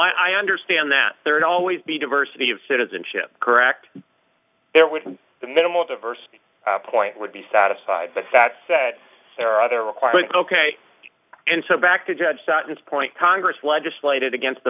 no i understand that there is always the diversity of citizenship correct there with the minimal diversity point would be satisfied but that said there are other requirements ok and so back to judge sentence point congress legislated against the